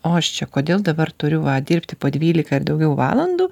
o aš čia kodėl dabar turiu va dirbti po dvylika ir daugiau valandų